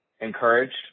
Encouraged